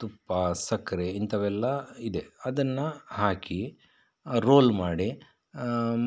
ತುಪ್ಪ ಸಕ್ಕರೆ ಇಂಥವೆಲ್ಲ ಇದೆ ಅದನ್ನು ಹಾಕಿ ರೋಲ್ ಮಾಡಿ